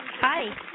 Hi